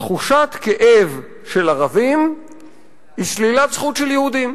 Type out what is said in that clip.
תחושת כאב של ערבים היא שלילת זכות של יהודים.